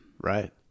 Right